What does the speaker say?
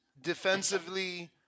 defensively